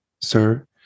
sir